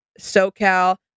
SoCal